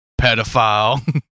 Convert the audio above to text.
pedophile